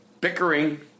bickering